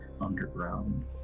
underground